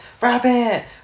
rabbit